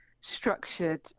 structured